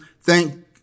thank